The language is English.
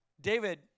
David